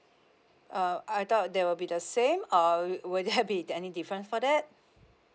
uh I thought that will be the same or will there be any difference for that